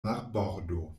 marbordo